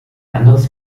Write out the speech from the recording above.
anderes